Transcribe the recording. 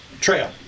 Trail